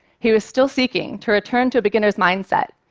he was still seeking to return to a beginner's mindset,